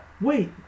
Wait